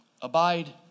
Abide